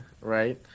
Right